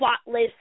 spotless